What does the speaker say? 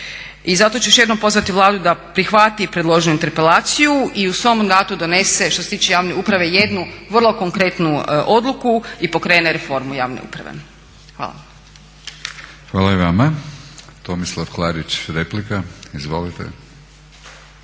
I zato ću još jednom pozvati Vladu da prihvati predloženu interpelaciju i u svom mandatu donese što se tiče javne uprave jednu vrlo konkretnu odluku i pokrene reformu javne uprave. Hvala. **Batinić, Milorad (HNS)** Hvala i vama. Tomislav Klarić, replika. Izvolite.